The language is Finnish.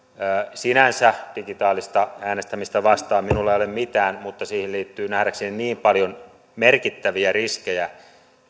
sinänsä digitaalista äänestämistä vastaan minulla ei ole mitään mutta siihen liittyy nähdäkseni niin paljon merkittäviä riskejä